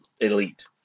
elite